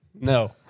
No